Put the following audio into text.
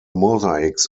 mosaics